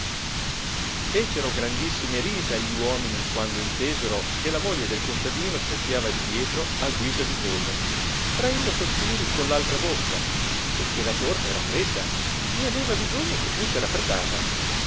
fecero grandissime risa gli uomini quando intesero che la moglie del contadino soffiava di dietro a guisa di folle traendo sospiri con l'altra bocca e che la torta era fredda né aveva bisogno che fusse raffreddata